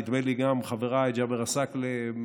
ונדמה לי שגם חבריי ג'אבר עסאקלה,